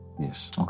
Yes